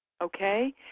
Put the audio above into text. okay